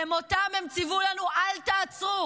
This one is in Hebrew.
במותם הם ציוו לנו: אל תעצרו,